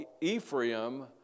Ephraim